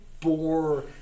bore